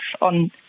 on